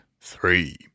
three